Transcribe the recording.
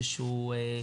כל